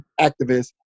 activists